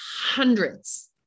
hundreds